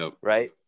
right